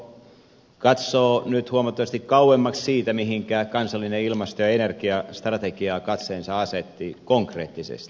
todellakin tulevaisuusselonteko katsoo nyt huomattavasti kauemmaksi siitä mihinkä kansallinen ilmasto ja energiastrategia katseensa asetti konkreettisesti